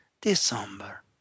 December